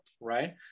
right